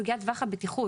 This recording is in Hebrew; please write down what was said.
סוגיית טווח הבטיחות,